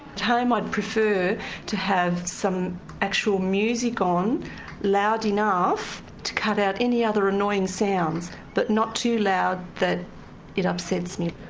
i'd prefer to have some actual music on loud enough to cut out any other annoying sounds but not too loud that it upsets me.